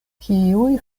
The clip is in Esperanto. kiuj